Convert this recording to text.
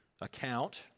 account